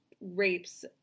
rapes